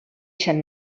sant